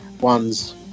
one's